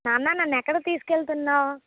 నాన్నా నన్ను ఎక్కడికి తీసుకువెళ్తున్నావు